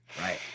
Right